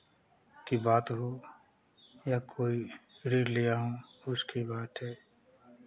की बात हो या कोई ऋण लिया हूँ उसकी बात है